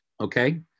okay